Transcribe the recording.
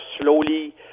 slowly